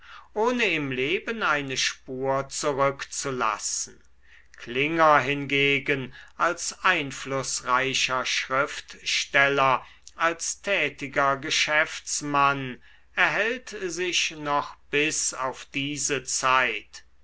ohne im leben eine spur zurückzulassen klinger hingegen als einflußreicher schriftsteller als tätiger geschäftsmann erhält sich noch bis auf diese zeit